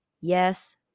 yes